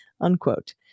Unquote